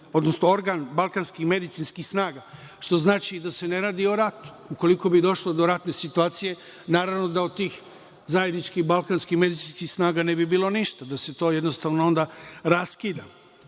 odnosno organ balkanskih medicinskih snaga, što znači da se ne radi o ratu. Ukoliko bi došlo do ratne situacije, naravno da od tih zajedničkih balkanskih medicinskih snaga ne bi bilo ništa, da se to jednostavno onda raskida. Mi